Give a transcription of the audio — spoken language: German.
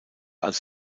als